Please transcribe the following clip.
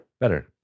Better